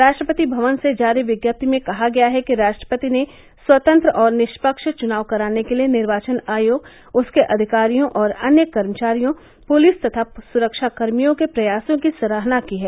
राष्ट्रपति भवन से जारी विज्ञप्ति में कहा गया है कि राष्ट्रपति ने स्वतंत्र और निष्पक्ष चुनाव कराने के लिए निर्वाचन आयोग उसके अधिकारियों और अन्य कर्मचारियों पुलिस तथा सुरक्षाकर्मियों के प्रयासों की सराहना की है